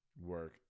Work